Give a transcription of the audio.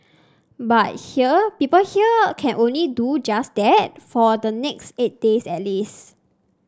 but here people here can only do just that for the next eight days at least